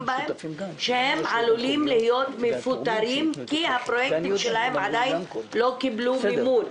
שהם עלולים להיות מפוטרים כי הפרויקטים שלהם עדיין לא קיבלו מימון.